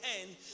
end